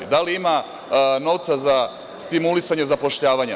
Da li ima novca za stimulisanje zapošljavanja?